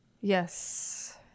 Yes